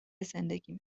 زندگیمه